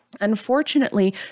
Unfortunately